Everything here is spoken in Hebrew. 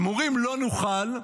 הם אומרים: "לא נוכל".